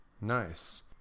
Nice